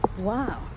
wow